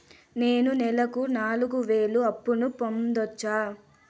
నేను నెలకు నాలుగు వేలు అప్పును పొందొచ్చా?